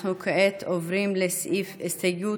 אנחנו עוברים כעת לסעיף 2,